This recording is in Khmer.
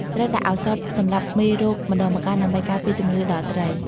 ត្រូវដាក់ឱសថសម្លាប់មេរោគម្តងម្កាលដើម្បីការពារជំងឺដល់ត្រី។